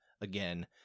again